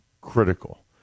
critical